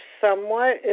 somewhat